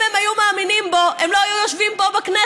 אם הם היו מאמינים בו הם לא היו יושבים פה בכנסת.